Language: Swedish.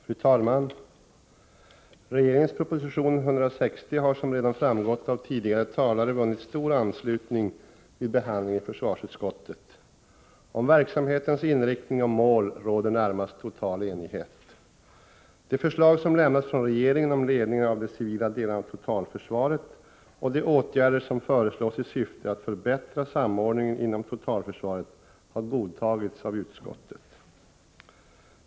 Fru talman! Regeringens proposition 160 har, som redan framgått av tidigare talare, vunnit stor anslutning vid behandlingen i försvarsutskottet. Det råder närmast total enighet om verksamhetens inriktning och mål. De förslag som lämnats från regeringen om ledningen av de civila delarna av totalförsvaret och de åtgärder som föreslås i syfte att förbättra samordningen inom totalförsvaret har godtagits av utskottet.